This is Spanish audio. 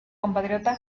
compatriota